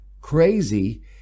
crazy